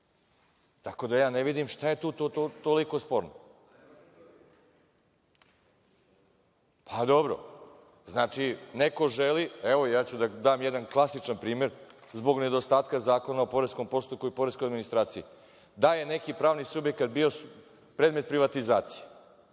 koji će da naplaćuju. Pa, dobro, znači, neko želi, evo, ja ću da dam jedan klasičan primer zbog nedostatka Zakona o poreskom postupku i poreskoj administraciji. Da je neki pravni subjekta bio predmet privatizacije,